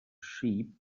sheep